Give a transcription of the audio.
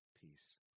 peace